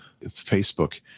Facebook